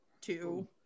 Two